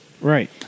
Right